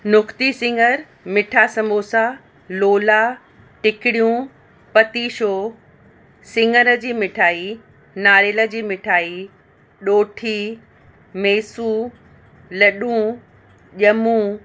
लोखती सिंगर मीठा समोसा लोला टिकड़ियूं पतिशो सिंगर जी मिठाई नारियल जी मिठाई ॾोठी मैसू लड्डू ॼमू